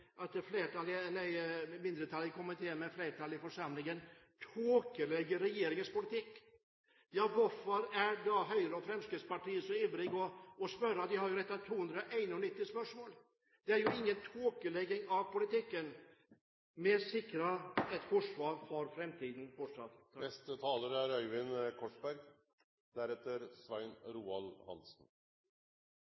men flertallet i forsamlingen tåkelegger regjeringens politikk. Hvorfor er da Høyre og Fremskrittspartiet så ivrige etter å spørre – de har jo stilt 291 spørsmål? Det er ingen tåkelegging av politikken. Vi sikrer et forsvar for framtiden fortsatt.